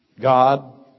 God